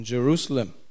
Jerusalem